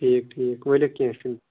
ٹھیٖک ٹھیٖک ؤلِو کیٚنہہ چھُنہٕ